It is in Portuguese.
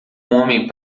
homem